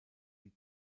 die